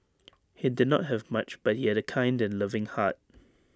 he did not have much but he had A kind and loving heart